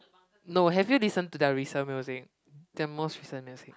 no have you listen to their recent music the most recent music